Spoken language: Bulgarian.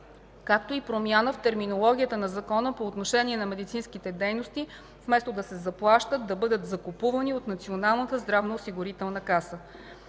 както и промяна в терминологията на закона по отношение на медицинските дейности – вместо да се заплащат – да бъдат закупувани от Националната здравноосигурителна каса.